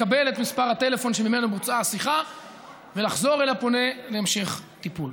לקבל את מספר הטלפון שממנו בוצעה השיחה ולחזור אל הפונה להמשך טיפול.